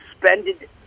suspended